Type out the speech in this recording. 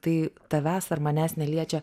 tai tavęs ar manęs neliečia